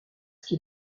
qu’il